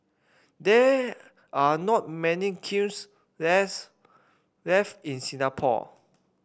there are not many kilns less left in Singapore